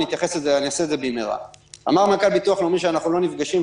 אמר מנכ"ל הביטוח הלאומי שאנחנו לא נפגשים,